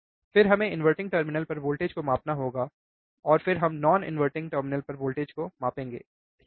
फिर हमें inverting terminal पर वोल्टेज को मापना होगा और फिर हमें नॉनवर्टिंग टर्मिनल पर वोल्टेज को मापना होगा ठीक है